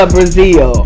Brazil